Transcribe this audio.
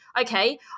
okay